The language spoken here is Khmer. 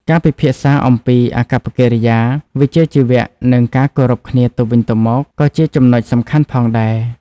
ការពិភាក្សាអំពីអាកប្បកិរិយាវិជ្ជាជីវៈនិងការគោរពគ្នាទៅវិញទៅមកក៏ជាចំណុចសំខាន់ផងដែរ។